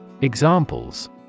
Examples